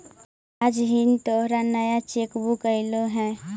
आज हिन् तोहार नया चेक बुक अयीलो हे